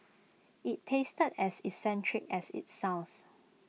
IT tasted as eccentric as IT sounds